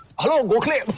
hello gokhale.